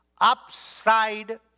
upside